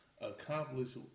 accomplish